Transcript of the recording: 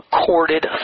corded